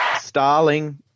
Starling